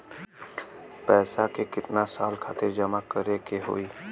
पैसा के कितना साल खातिर जमा करे के होइ?